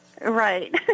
Right